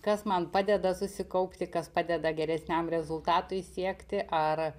kas man padeda susikaupti kas padeda geresniam rezultatui siekti ar